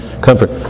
comfort